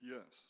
Yes